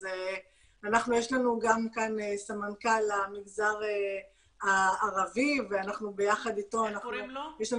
אז יש לנו גם כאן את סמנכ"ל המגזר הערבי ואנחנו ביחד איתו יש לנו